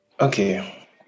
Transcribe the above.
okay